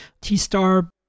T-Star